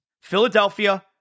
Philadelphia